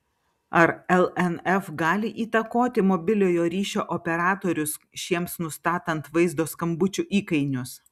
ar lnf gali įtakoti mobiliojo ryšio operatorius šiems nustatant vaizdo skambučių įkainius